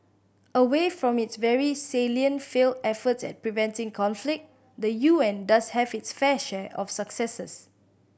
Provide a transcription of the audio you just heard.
away from its very salient failed efforts at preventing conflict the U N does have its fair share of successes